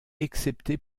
excepté